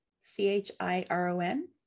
C-H-I-R-O-N